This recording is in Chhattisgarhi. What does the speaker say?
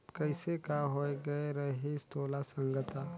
कइसे का होए गये रहिस तोला संगता